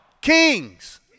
kings